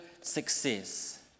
success